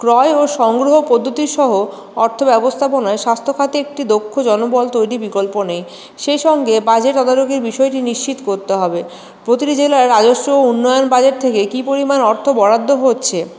ক্রয় ও সংগ্রহ পদ্ধতি সহ অর্থ ব্যবস্থাপনায় স্বাস্থ্যখাতে একটি দক্ষ জনবল তৈরির বিকল্প নেই সেই সঙ্গে বাজেট তদারকির বিষয়টি নিশ্চিত করতে হবে প্রতিটি জেলার রাজস্ব উন্নয়ন বাজেট থেকে কি পরিমাণ অর্থ বরাদ্দ হচ্ছে